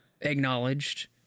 acknowledged